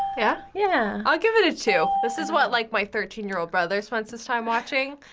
yeah? yeah. i'll give it a two. this is what like my thirteen year old brother spends his time watching.